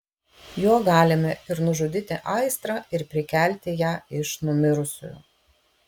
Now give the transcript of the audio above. juo galime ir nužudyti aistrą ir prikelti ją iš numirusių